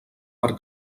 per